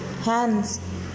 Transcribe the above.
hands